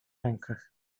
rękach